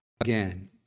again